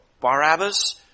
Barabbas